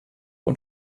und